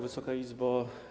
Wysoka Izbo!